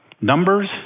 Numbers